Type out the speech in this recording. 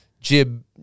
jib